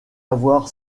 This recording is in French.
avoir